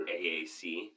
AAC